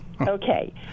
Okay